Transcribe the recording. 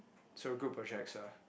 so group projects are